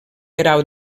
grau